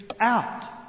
out